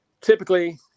typically